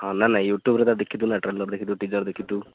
ହଁ ନା ନା ୟୁଟ୍ୟୁବ୍ରେ ତାକୁ ଦେଖିଥିବୁ ନା ଟ୍ରେଲର୍ ଦେଖିଥିବୁ ଟିଜର୍ ଦେଖିଥିବୁ